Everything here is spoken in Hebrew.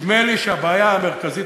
נדמה לי שהבעיה המרכזית,